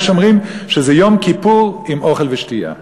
יש אומרים שזה יום כיפור עם אוכל ושתייה,